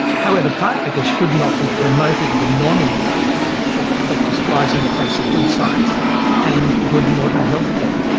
however, chiropractors should not be promoting the non-immunisation of children, that just flies in the face of good science and good modern healthcare.